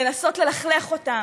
לנסות ללכלך אותם.